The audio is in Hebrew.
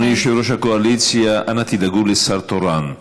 אדוני יושב-ראש הקואליציה, אנא תדאגו לשר תורן.